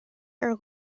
are